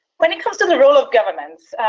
when it comes to the role of governments,